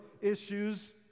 issues